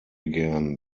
gern